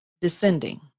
descending